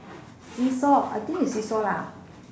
seesaw I think it's seesaw lah